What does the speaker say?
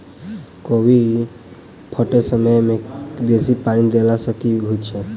कोबी फूटै समय मे बेसी पानि देला सऽ की होइ छै?